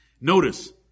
Notice